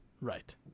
Right